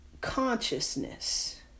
Consciousness